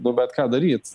nu bet ką daryt